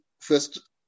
first